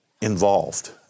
involved